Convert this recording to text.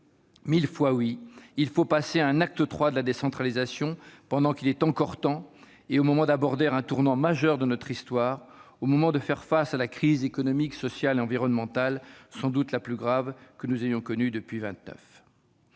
1 000 fois oui, il faut passer à un acte III de la décentralisation pendant qu'il est encore temps, au moment où nous abordons un tournant majeur de notre histoire et où nous devons faire face à la crise économique, sociale et environnementale sans doute la plus grave que nous ayons connue depuis 1929.